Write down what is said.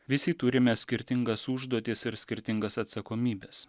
visi turime skirtingas užduotis ir skirtingas atsakomybes